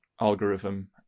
algorithm